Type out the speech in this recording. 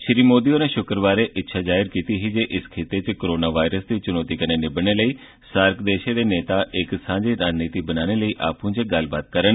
श्री मोदी होरें शुक्रवारें इच्छा जाहिर कीती ही जे इस खित्ते च कोरोना वायरस दी चुनौती कन्नै निब्बड़ने लेई सार्क देशें दे नेता इक सांझी नीति बनाने लेई आपूं चै गल्लबात करन